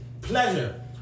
Pleasure